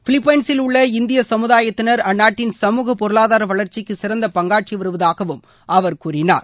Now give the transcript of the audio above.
பிலிப்பைன்சிலுள்ள இந்திய சமுதாயத்தினர் அந்நாட்டின் சமுக பொருளாதார வளர்ச்சிக்கு சிறந்த பங்காற்றி வருவதாகவும் அவர் கூறினார்